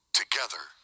together